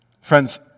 Friends